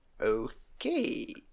okay